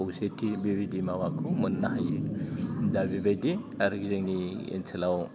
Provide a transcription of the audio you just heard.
खौसेथि बेबायदि माबाखौ मोननो हायो दा बेबायदि आरो जोंनि ओनसोलाव